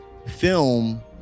film